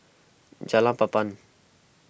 Jalan Papan